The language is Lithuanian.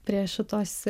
prie šitos